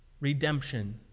redemption